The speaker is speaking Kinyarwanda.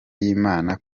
y’imana